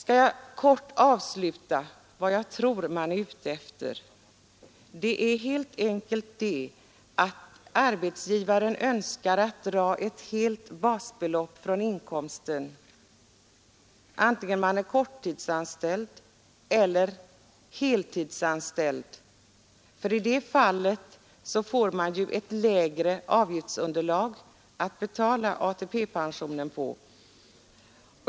Jag skall kort avsluta med vad jag tror att man är ute efter. Det är helt enkelt så, att arbetsgivaren önskar att dra ett helt basbelopp från inkomsten, antingen man är korttidsanställd eller heltidsanställd. Då får man ju ett lägre underlag att betala avgifter till ATP-pensionen på.